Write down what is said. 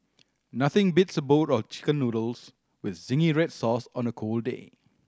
nothing beats a bowl of Chicken Noodles with zingy red sauce on a cold day